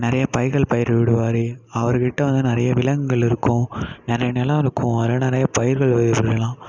நிறைய பயிர்கள் பயிரிடுவார் அவருக்கிட்ட வந்து நிறைய விலங்குகள் இருக்கும் நிறைய நிலம் இருக்கும் அதெலாம் நிறைய பயிர்கள் விளைகிற நிலம்